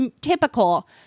typical